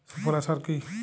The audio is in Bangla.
সুফলা সার কি?